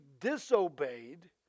disobeyed